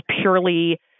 purely